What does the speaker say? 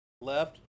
left